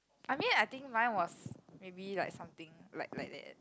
I mean I think mine was maybe like something like like that